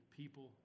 people